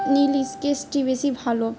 নীল স্কেচটি বেশি ভালো